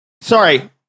sorry